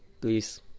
please